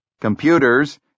Computers